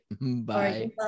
Bye